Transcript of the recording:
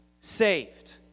saved